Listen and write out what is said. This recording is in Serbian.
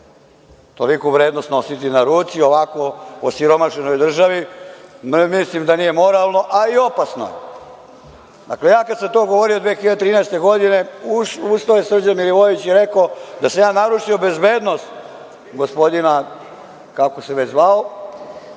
Toliku vrednost nositi na ruci u ovako osiromašenoj državi mislim da nije moralno, a i opasno je. Dakle, ja kad sam to govorio 2013. godine ustao je Srđan Milivojević i rekao da sam ja narušio bezbednost gospodina kako se već zvao,